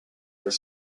are